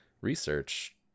research